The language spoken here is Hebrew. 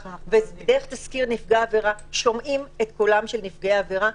ודרך תזכיר נפגע עבירה שומעים את קולם של נפגעי עבירה.